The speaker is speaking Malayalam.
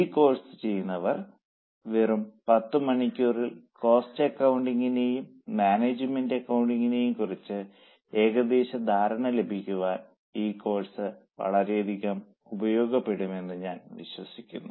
ഈ കോഴ്സ് ചെയ്യുന്നവർക്ക് വെറും 10 മണിക്കൂറിൽ കോസ്റ്റ് അക്കൌണ്ടിങ്ങനെയും മാനേജ്മെന്റ് അക്കൌണ്ടിങ്ങനെയും കുറിച്ച് ഏകദേശ ധാരണ ലഭിക്കാൻ ഈ കോഴ്സ് വളരെയധികം ഉപയോഗപ്പെടും എന്ന് ഞാൻ വിശ്വസിക്കുന്നു